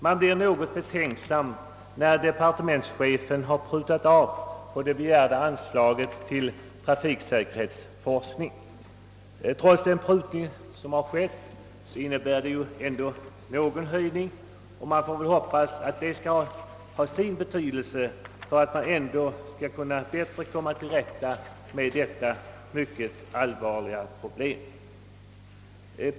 Jag blir något betänksam, när jag finner att departementschefen har prutat av på det begärda anslaget till trafiksäkerhetsforskning. Trots den prutning som har skett i äskandet höjes ändå anslaget något, och jag får väl hoppas att detta skall innebära att man får något bättre möjligheter att komma till rätta med detta mycket allvarliga problem.